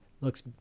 Looks